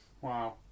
Wow